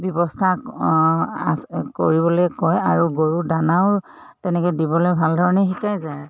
ব্যৱস্থা অ আছে কৰিবলৈ কয় আৰু গৰু দানাও তেনেকৈ দিবলৈ ভাল ধৰণে শিকাই যায়